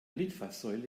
litfaßsäule